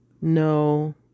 no